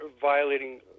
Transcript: violating